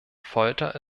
folter